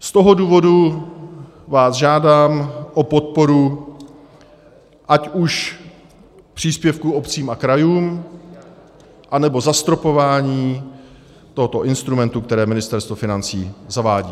Z toho důvodu vás žádám o podporu ať už příspěvkům obcím a krajům, anebo zastropování tohoto instrumentu, které Ministerstvo financí zavádí.